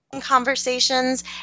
conversations